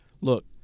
Look